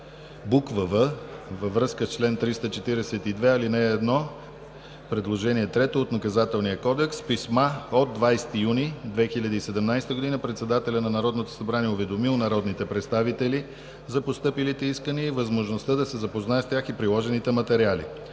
буква „в“, във връзка с чл. 342, ал. 1, Предложение 3 от Наказателния кодекс. С писма от 20 юни 2017 г. председателят на Народното събрание е уведомил народните представители за постъпилите искания и възможността да се запознаят с тях и приложените материали.